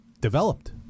developed